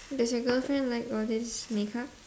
does your girlfriend like all this makeup